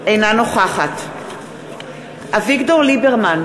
אינה נוכחת אביגדור ליברמן,